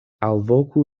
alvoku